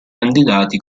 candidati